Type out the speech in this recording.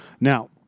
Now